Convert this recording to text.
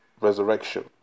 Resurrection